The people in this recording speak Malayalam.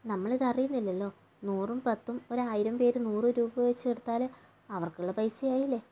നമ്മളിതറിയുന്നില്ലല്ലോ നൂറും പത്തും ഒരായിരം പേര് നൂറു രൂപ വെച്ച് എടുത്താൽ അവർക്കുള്ള പൈസ ആയില്ലേ